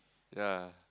ya